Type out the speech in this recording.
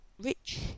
Rich